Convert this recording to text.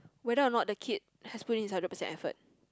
whether or not the kid has put in his hundred percent effort